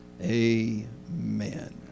amen